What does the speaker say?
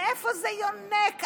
מאיפה זה יונק?